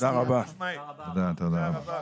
תודה רבה לך.